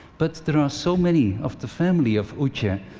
but there are so many of the family of um